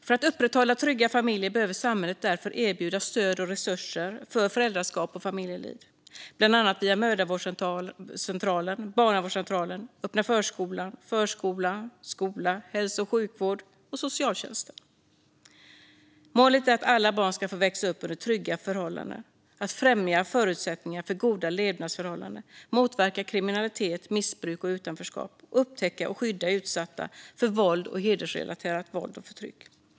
För att upprätthålla trygga familjer behöver samhället erbjuda stöd och resurser för föräldraskap och familjeliv, bland annat via mödravårdscentralen, barnavårdscentralen, öppna förskolan, förskolan, skolan, hälso och sjukvården och socialtjänsten. Målet är att alla barn ska få växa upp under trygga förhållanden och att främja förutsättningarna för goda levnadsförhållanden, motverka kriminalitet, missbruk och utanförskap samt upptäcka och skydda utsatta för våld och hedersrelaterat våld och förtryck.